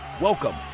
Welcome